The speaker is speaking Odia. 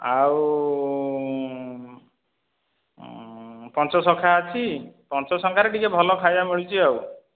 ଆଉ ପଞ୍ଚସଖା ଅଛି ପଞ୍ଚସଖାରେ ଟିକିଏ ଭଲ ଖାଇବା ମିଳୁଛି ଆଉ